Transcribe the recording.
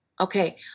Okay